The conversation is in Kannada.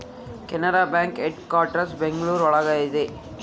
ಕೆನರಾ ಬ್ಯಾಂಕ್ ಹೆಡ್ಕ್ವಾಟರ್ಸ್ ಬೆಂಗಳೂರು ಒಳಗ ಇದೆ